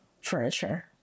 furniture